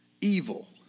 evil